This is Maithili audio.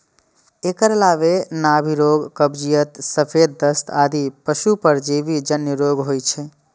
एकर अलावे नाभि रोग, कब्जियत, सफेद दस्त आदि पशुक परजीवी जन्य रोग होइ छै